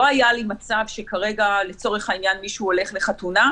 לא היה לי מצב שכרגע לצורך העניין מישהו הולך לחתונה,